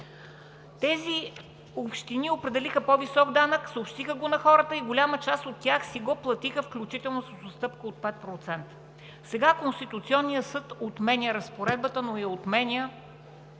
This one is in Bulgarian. Тези общини определиха по-висок данък, съобщиха го на хората, голяма част от тях си го платиха, включително с отстъпка от 5%, сега Конституционният съд отменя разпоредбата, но с дата